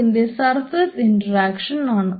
അതിൻറെ surface interaction ആണ്